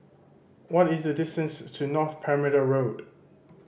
what is the distance to North Perimeter Road